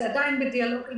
זה עדיין בדיאלוג.